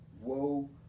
woe